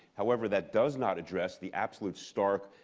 however that does not address the absolute stark